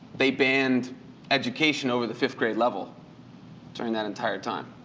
they banned education over the fifth grade level during that entire time.